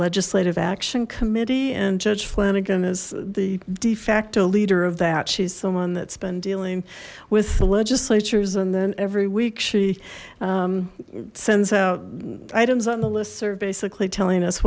legislative action committee and judge flanagan is the de facto leader of that she's someone that's been dealing with the legislators and then every week she sends out items on the lists are basically telling us